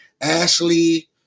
Ashley